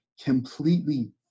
completely